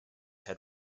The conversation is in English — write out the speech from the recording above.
had